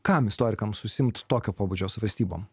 kam istorikams užsiimti tokio pobūdžio svarstybom